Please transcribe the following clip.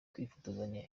kwifotozanya